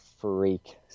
freak